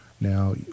Now